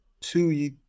two